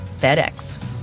FedEx